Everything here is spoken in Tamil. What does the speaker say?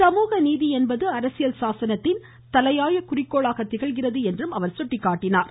சமூகநீதி என்பது அரசியல் சாசனத்தின் தலையாய குறிக்கோளாக திகழ்கிறது என்று குறிப்பிட்டார்